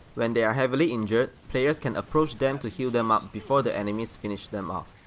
when they are heavily injured, players can approach them to heal them up before the enemies finish them off.